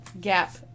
gap